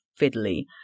fiddly